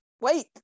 wait